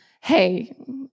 hey